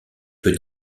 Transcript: peu